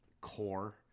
core